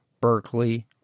Berkeley